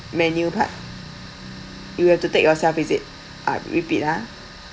menu part you have to take yourself is it ah repeat ah